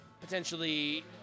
potentially